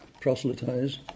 proselytize